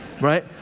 Right